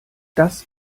das